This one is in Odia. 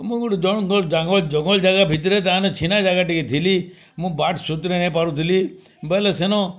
ମୁଇଁ ଗୁଟେ ଜଣକର୍ ଜାଗା ଜଗୁଆଳ ଭିତରେ ତାମାନେ ଛିନା ଜାଗା ଟିକେ ଥିଲି ମୁଁ ବାଟ୍ ସୁତରେଇ ନାଇଁ ପାରୁଥିଲି ବଲେ ସେନ